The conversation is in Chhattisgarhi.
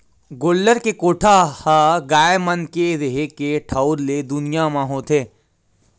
गोल्लर के कोठा ह गाय मन के रेहे के ठउर ले दुरिया म होथे